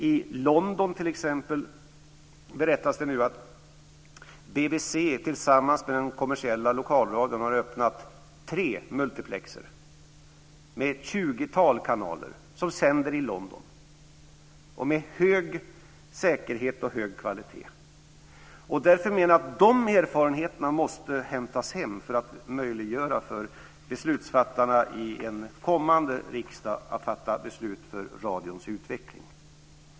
I London t.ex. berättas det nu att BBC tillsammans med den kommersiella lokalradion har öppnat tre multiplexer med ett tjugotal kanaler som sänder i London med hög säkerhet och hög kvalitet. Jag menar att de erfarenheterna måste hämtas hem för att möjliggöra för beslutsfattarna i en kommande riksdag att fatta beslut för radions utveckling.